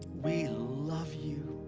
we love you.